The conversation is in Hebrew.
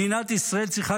מדינת ישראל צריכה,